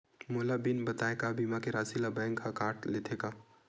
मोला बिना बताय का बीमा के राशि ला बैंक हा कत लेते का?